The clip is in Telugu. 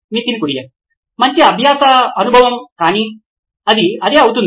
నితిన్ కురియన్ COO నోయిన్ ఎలక్ట్రానిక్స్ మంచి అభ్యాస అనుభవం కానీ అది అదే అవుతుంది